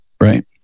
right